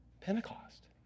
Pentecost